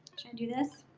do this?